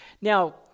Now